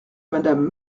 madame